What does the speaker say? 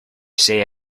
say